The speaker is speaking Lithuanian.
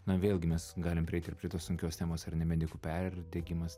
na vėlgi mes galim prieiti ir prie tos sunkios temos ar ne medikų perdegimas